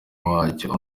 wacyo